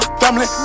family